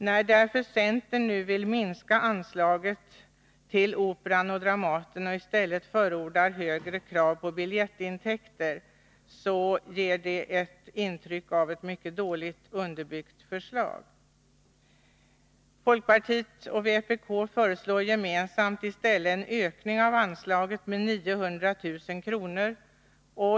När centern nu vill minska anslaget till Operan och Dramaten och i stället förordar högre krav på biljettintäkter, ger det intryck av ett mycket dåligt underbyggt förslag. Folkpartiet och vpk föreslår i stället gemensamt en ökning av anslaget med 900 000 kr.